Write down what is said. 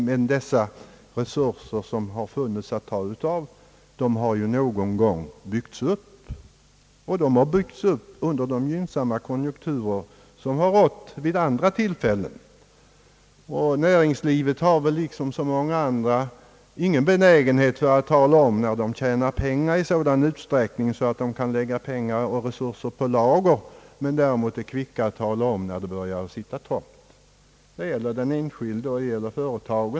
De resurser som har funnits har dock någon gång byggts upp, vilket har skett under de gynnsamma konjunkturer som har rått vid tidigare tillfällen. Näringslivet har väl liksom så många andra ingen benägenhet att tala om när företagen tjänar pengar i sådan utsträckning att de kan lägga pengar och därmed resurser på lager, medan de däremot är kvicka att tala om när de börjar sitta trångt. Detta gäller den enskilde och det gäller företag.